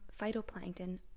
phytoplankton